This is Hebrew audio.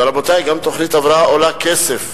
אבל, רבותי, גם תוכנית הבראה עולה כסף.